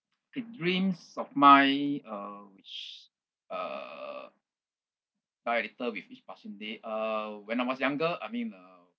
okay dreams of mine uh which uh die a little with each passing day uh when I was younger I mean uh